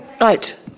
Right